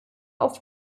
auf